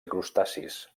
crustacis